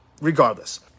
regardless